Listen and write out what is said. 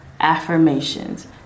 affirmations